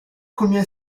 combien